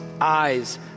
eyes